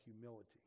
humility